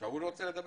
שאול רוצה לדבר?